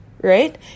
Right